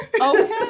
Okay